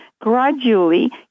gradually